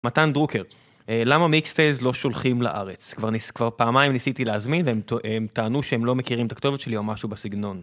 מתן דרוקר, למה מיקסטייז לא שולחים לארץ? כבר פעמיים ניסיתי להזמין והם טענו שהם לא מכירים את הכתובת שלי או משהו בסגנון.